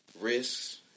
risks